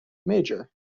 major